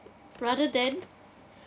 rather than